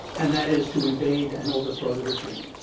and that is to invade and overthrow the regime.